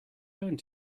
going